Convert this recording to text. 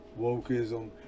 wokeism